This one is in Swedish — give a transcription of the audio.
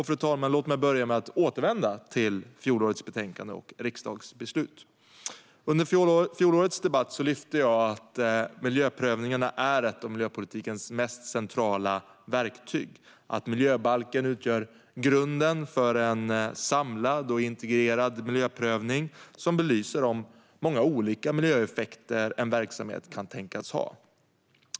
Fru talman! Låt mig börja med att återvända till fjolårets betänkande och riksdagsbeslut. Under fjolårets debatt lyfte jag fram att miljöprövningarna är ett av miljöpolitikens mest centrala verktyg och att miljöbalken utgör grunden för en samlad och integrerad miljöprövning som belyser de många olika miljöeffekter en verksamhet kan tänkas ha.